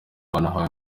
banahawe